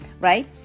right